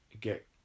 get